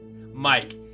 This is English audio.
Mike